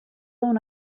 una